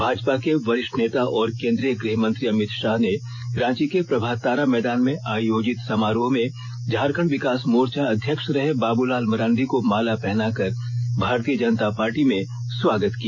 भाजपा के वरिष्ठ नेता और केंद्रीय गृहमंत्री अमित शाह ने रांची के प्रभात तारा मैदान में आयोजित समारोह में झारखंड विकास मोर्चा अध्यक्ष रहे बाबूलाल मरांडी को माला पहनाकर भारतीय जनता पार्टी में स्वागत किया